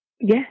Yes